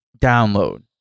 download